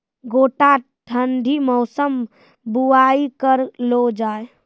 गोटा ठंडी मौसम बुवाई करऽ लो जा?